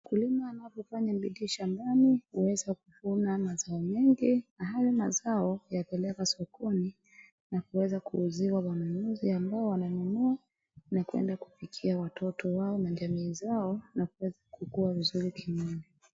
Mkulima anavyofanya bidii shambani huweza kuvuna mazao mengi na hayo mazao kuyapeleka sokoni na kuweza kuuziwa wanunuzi ambao wananunua na kuenda kupikia watoto wao na jamii zao na kueza kukua vizuri kimwili.